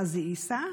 ע'אזי עיסא,